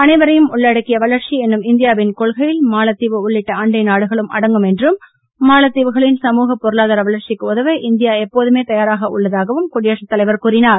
அனைவரையும் உள்ளடக்கிய வளர்ச்சி என்னும் இந்தியாவின் கொள்கையில் மாலத்தீவு உள்ளிட்ட அண்டை நாடுகளும் அடங்கும் என்றும் மாலத்தீவுகளின் சமூக பொருளாதார வளர்ச்சிக்கு உதவ இந்தியா எப்போதுமே தயாராக உள்ளதாகவும் குடியரசு தலைவர் கூறினார்